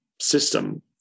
system